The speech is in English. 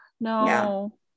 No